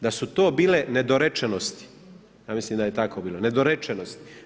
Da su to bile nedorečenosti, ja mislim da je tako bilo, nedorečenosti.